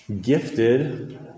gifted